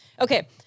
Okay